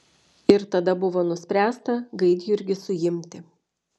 ir tada buvo nuspręsta gaidjurgį suimti